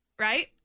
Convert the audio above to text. right